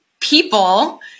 people